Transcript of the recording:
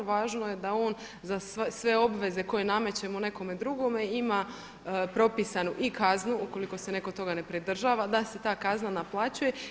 Važno je da on za sve obveze koje namećemo nekome drugome ima propisanu i kaznu ukoliko se netko toga ne pridržava da se ta kazna naplaćuje.